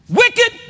wicked